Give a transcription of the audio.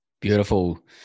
Beautiful